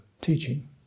teaching